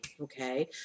okay